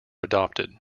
adopted